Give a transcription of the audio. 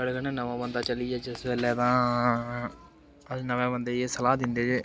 साढ़े कन्नै नमां बंदा चली जा जिस बेल्लै तां अस नमें बंदे गी एह् सलाह् दिंदे कि